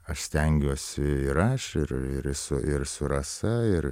aš stengiuosi ir aš ir ir esu ir su rasa ir